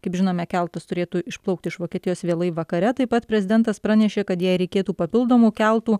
kaip žinome keltas turėtų išplaukti iš vokietijos vėlai vakare taip pat prezidentas pranešė kad jei reikėtų papildomų keltų